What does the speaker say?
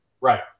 Right